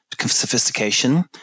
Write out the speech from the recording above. sophistication